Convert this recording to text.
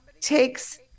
takes